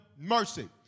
mercy